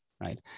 right